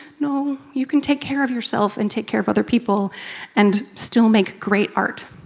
no, you can take care of yourself and take care of other people and still make great art.